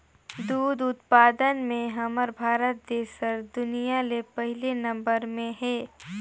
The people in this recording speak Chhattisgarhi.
दूद उत्पादन में हमर भारत देस हर दुनिया ले पहिले नंबर में हे